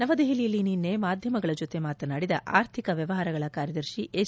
ನವದೆಹಲಿಯಲ್ಲಿ ನಿನ್ನೆ ಮಾಧ್ಯಮಗಳ ಜೊತೆ ಮಾತನಾಡಿದ ಆರ್ಥಿಕ ವ್ಯವಹಾರಗಳ ಕಾರ್ಯದರ್ಶಿ ಎಸ್